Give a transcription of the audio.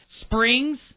springs